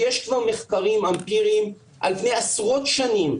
ויש כבר מחקרים אמפיריים על פני עשרות שנים,